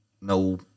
no